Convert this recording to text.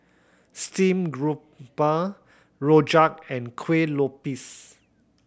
steamed grouper Rojak and Kuih Lopes